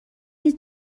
نیز